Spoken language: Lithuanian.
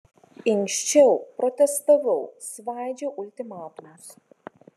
inkščiau protestavau svaidžiau ultimatumus